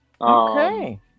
Okay